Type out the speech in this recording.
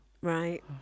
right